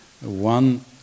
one